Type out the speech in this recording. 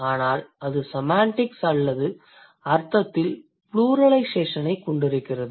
ஆனால் அது செமாண்டிக்ஸ் அல்லது அர்த்தத்தில் ப்ளூரலைசேஷனைக் கொண்டுள்ளது